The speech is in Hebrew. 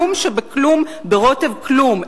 כלום שבכלום ברוטב כלום.